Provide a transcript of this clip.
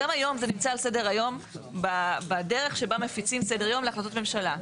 גם היום זה נמצא על סדר היום בדרך שבה מפיצים סדר יום להחלטות ממשלה.